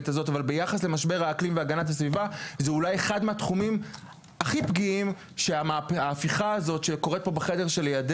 זה לא נושא מפלגתי, זה לא נושא של אופוזיציה